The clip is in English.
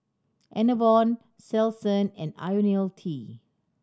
Enervon Selsun and Ionil T